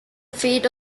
fate